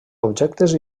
objectes